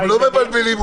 הם לא מבלבלים אותי.